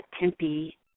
Tempe